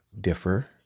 differ